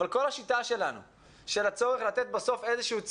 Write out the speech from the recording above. אבל כל השיטה שמצריכה לתת ציון בסופו של